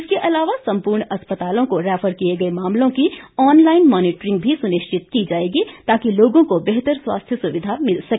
इसके अलावा सम्पूर्ण अस्पतालों को रैफर किए गए मामलों की ऑनलाईन मॉनिटरिंग भी सुनिश्चित की जाएगी ताकि लोगों को बेहतर स्वास्थ्य सुविधाएं मिल सके